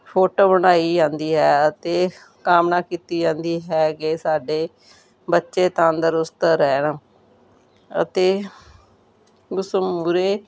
photo ਬਣਾਈ ਜਾਂਦੀ ਹੈ ਅਤੇ ਕਾਮਨਾ ਕੀਤੀ ਜਾਂਦੀ ਹੈ ਕਿ ਸਾਡੇ ਬੱਚੇ ਤੰਦਰੁਸਤ ਰਹਿਣ ਅਤੇ ਉਸ ਮੂਹਰੇ